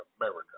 America